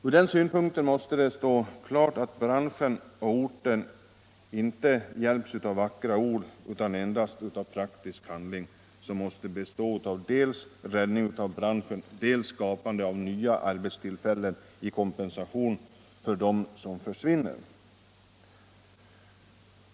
Ur den synvinkeln måste det stå klart att branschen och orten inte hjälps av vackra ord utan endast av praktisk handling, som måste bestå i dels räddning av branschen, dels skapande av nya arbetstillfällen som kompensation för dem som försvinner.